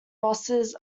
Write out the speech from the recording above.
bosses